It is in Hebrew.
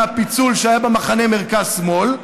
מהפיצול שהיה במחנה מרכז-שמאל.